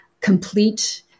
complete